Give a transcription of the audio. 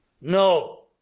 No